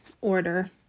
order